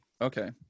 Okay